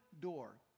door